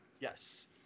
Yes